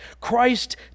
christ